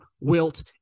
Wilt